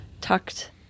Tucked